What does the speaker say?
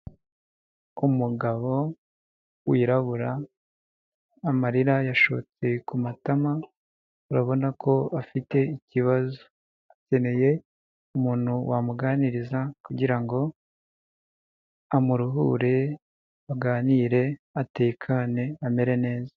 Umugabo, wirabura amarira yashotse ku matama, urabona ko afite ikibazo, akeneye umuntu wamuganiriza kugira ngo amuruhure, aganire atekane amere neza.